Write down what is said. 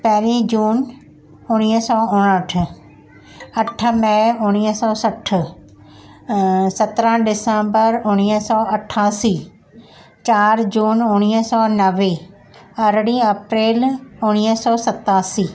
पेहरीं जून उणिवीह सौ उणहठ अठ मेई उणिवीह सौ सठि सत्रहं डिसम्बर उणिवीह सौ अठासी चारि जून उणिवीह सौ नवे अरिड़हं अप्रैल उणिवीह सौ सतासी